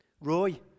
Roy